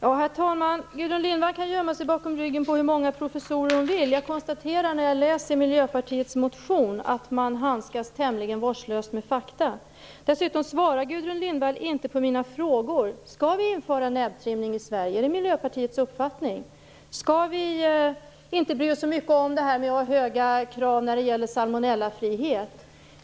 Herr talman! Gudrun Lindvall kan gömma sig bakom ryggen på hur många professorer hon vill. När jag läser Miljöpartiets motion konstaterar jag i alla fall att man handskas tämligen vårdslöst med fakta. Dessutom svarar Gudrun Lindvall inte på mina frågor: Är det Miljöpartiets uppfattning att vi skall införa näbbtrimning i Sverige? Skall vi inte bry oss särskilt mycket om att ha höga krav när det gäller salmonellafrihet?